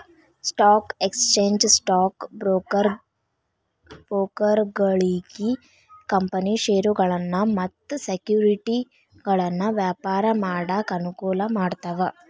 stock exchange stock ಬ್ರೋಕರ್ಗಳಿಗಿ company ಷೇರಗಳನ್ನ ಮತ್ತ ಸೆಕ್ಯುರಿಟಿಗಳನ್ನ ವ್ಯಾಪಾರ ಮಾಡಾಕ ಅನುಕೂಲ ಮಾಡ್ತಾವ